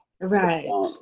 right